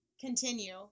continue